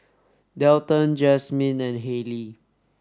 Dalton Jasmine and Hayley